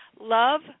Love